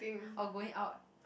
or going out